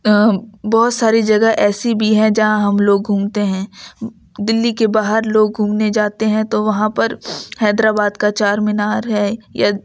بہت ساری جگہ ایسی بھی ہیں جہاں ہم لوگ گھومتے ہیں دلی کے باہر لوگ گھومنے جاتے ہیں تو وہاں پر حیدر آباد کا چار مینار ہے یا